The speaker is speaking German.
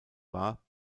war